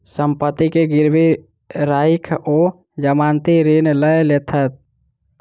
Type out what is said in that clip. सम्पत्ति के गिरवी राइख ओ जमानती ऋण लय लेलैथ